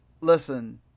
listen